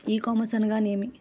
ఈ కామర్స్ అనగానేమి?